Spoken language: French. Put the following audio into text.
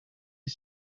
est